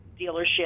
dealership